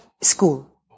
school